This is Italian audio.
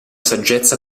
saggezza